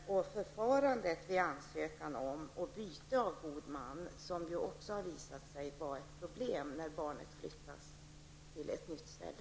Det har också visat sig vara problem förenade med förfarandet vid ansökan om byte av god man när barnet flyttas till ett nytt ställe.